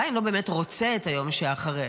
הוא עדיין לא באמת רוצה את היום שאחרי,